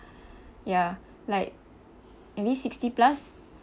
ya like maybe sixty plus